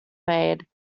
made